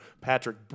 Patrick